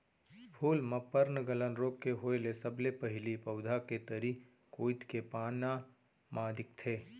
फूल म पर्नगलन रोग के होय ले सबले पहिली पउधा के तरी कोइत के पाना म दिखथे